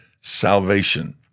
salvation